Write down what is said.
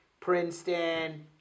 Princeton